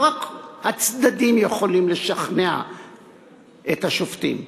לא רק הצדדים יכולים לשכנע את השופטים.